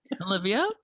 olivia